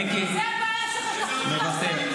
מיקי מוותר.